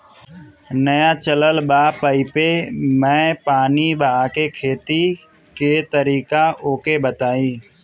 नया चलल बा पाईपे मै पानी बहाके खेती के तरीका ओके बताई?